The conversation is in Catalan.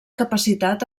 capacitat